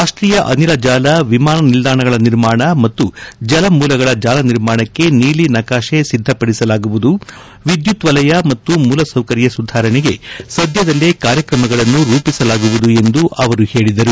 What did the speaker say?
ರಾಷ್ಟೀಯ ಅನಿಲ ಜಾಲ ವಿಮಾನ ನಿಲ್ದಾಣಗಳ ನಿರ್ಮಾಣ ಮತ್ತು ಜಲ ಮೂಲಗಳ ಜಾಲ ನಿರ್ಮಾಣಕ್ಕೆ ನೀಲಿ ನಕಾಶೆ ಸಿದ್ದಪಡಿಸಲಾಗುವುದು ವಿದ್ಯುತ್ ವಲಯ ಮತ್ತು ಮೂಲಸೌಕರ್ಯ ಸುಧಾರಣೆಗೆ ಸದ್ಯದಲ್ಲೇ ಕಾರ್ಯಕ್ರಮಗಳನ್ನು ರೂಪಿಸಲಾಗುವುದು ಎಂದು ಅವರು ಹೇಳಿದರು